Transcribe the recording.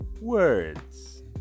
words